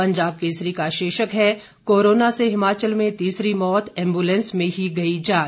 पंजाब केसरी का शीर्षक है कोरोना से हिमाचल में तीसरी मौत एम्बुलेंस में ही गई जान